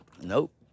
Nope